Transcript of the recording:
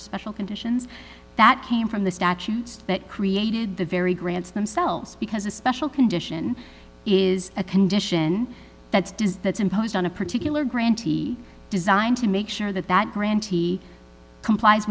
special conditions that came from the statute that created the very grants themselves because a special condition is a condition that's does that's imposed on a particular grant designed to make sure that that grantee complie